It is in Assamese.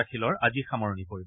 দাখিলৰ আজি সামৰণি পৰিব